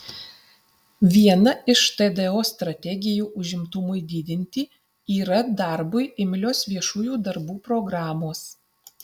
viena iš tdo strategijų užimtumui didinti yra darbui imlios viešųjų darbų programos